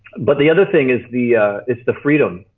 but the other thing is the is the freedom.